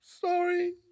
Sorry